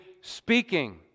speaking